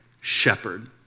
shepherd